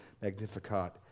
magnificat